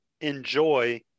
enjoy